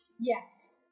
Yes